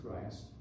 Christ